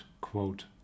quote